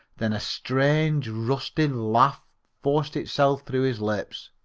then a strange, rusty laugh forced itself through his lips.